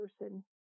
person